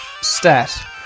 stat